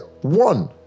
One